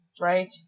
Right